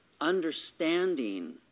understanding